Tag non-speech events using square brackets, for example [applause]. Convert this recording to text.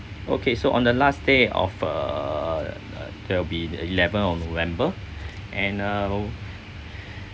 okay so on the last day of uh uh that will be eleventh on november [breath] and uh